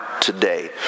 today